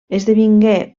esdevingué